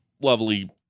lovely